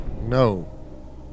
no